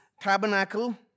tabernacle